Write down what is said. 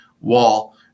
wall